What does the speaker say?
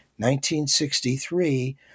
1963